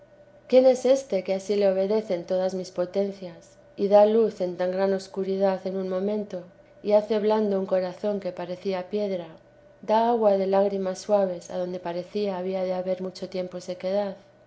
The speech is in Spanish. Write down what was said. quién es éste que ansí le obedecen todas mis potencias y da luz en tan gran obscuridad en un momento y hace blando un corazón que parecía piedra da agua de lágrimas suaves adonde parecía había de haber mucho tiempo sequedad